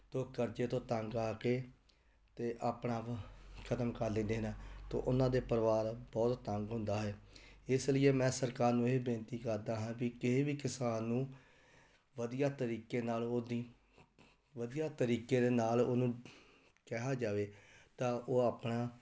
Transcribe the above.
ਅਤੇ ਉਹ ਕਰਜ਼ੇ ਤੋਂ ਤੰਗ ਆ ਕੇ ਅਤੇ ਆਪਣਾ ਆਪ ਖ਼ਤਮ ਕਰ ਲੈਂਦੇ ਹਨ ਅਤੇ ਉਹਨਾਂ ਦੇ ਪਰਿਵਾਰ ਬਹੁਤ ਤੰਗ ਹੁੰਦਾ ਹੈ ਇਸ ਲੀਏ ਮੈਂ ਸਰਕਾਰ ਨੂੰ ਇਹ ਹੀ ਬੇਨਤੀ ਕਰਦਾ ਹਾਂ ਵੀ ਕਿਸੇ ਵੀ ਕਿਸਾਨ ਨੂੰ ਵਧੀਆ ਤਰੀਕੇ ਨਾਲ ਉਹਦੀ ਵਧੀਆ ਤਰੀਕੇ ਦੇ ਨਾਲ ਉਹਨੂੰ ਕਿਹਾ ਜਾਵੇ ਤਾਂ ਉਹ ਆਪਣਾ